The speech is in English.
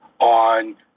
on